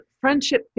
Friendship